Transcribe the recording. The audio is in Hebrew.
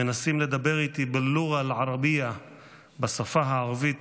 מנסים לדבר איתי בשפה הערבית,